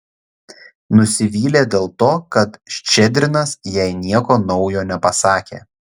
nusivylė dėl to kad ščedrinas jai nieko naujo nepasakė